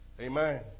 Amen